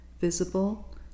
visible